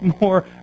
more